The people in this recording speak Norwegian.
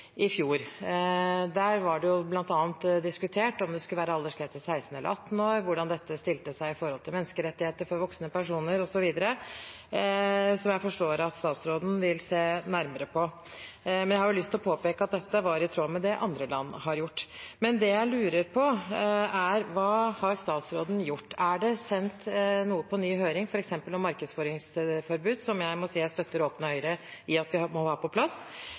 i fjor. Der ble det bl.a. diskutert om det skulle være aldersgrense på 16 eller 18 år, hvordan dette stilte seg sett opp mot menneskerettigheter for voksne personer, og så videre, noe jeg forstår at statsråden vil se nærmere på. Jeg har lyst til å påpeke at dette var i tråd med det andre land har gjort. Men det jeg lurer på, er hva statsråden har gjort. Er det sendt noe på ny høring, f.eks. om markedsføringsforbud – som jeg må si jeg støtter, sammen med Høyre, at må være på plass?